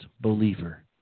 believer